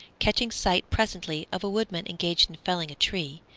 catching sight presently of a woodman engaged in felling a tree,